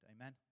Amen